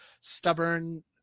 stubborn